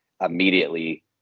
immediately